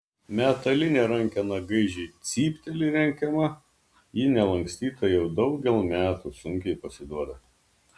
metalinė rankena gaižiai cypteli lenkiama ji nelankstyta jau daugel metų sunkiai pasiduoda